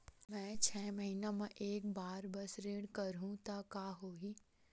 मैं छै महीना म एक बार बस ऋण करहु त का होही?